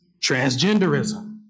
transgenderism